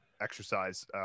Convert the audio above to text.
exercise